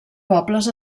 pobles